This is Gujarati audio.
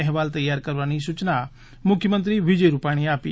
અહેવાલ તૈયાર કરવાની સૂચના મુખ્યમંત્રી વિજય રૂપાણીએ આપી